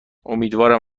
امیدوارم